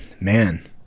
man